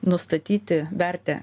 nustatyti vertę